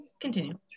Continue